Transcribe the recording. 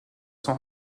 sans